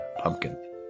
pumpkin